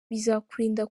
bizakurinda